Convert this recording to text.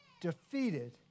defeated